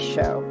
Show